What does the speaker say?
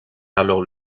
alors